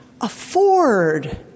afford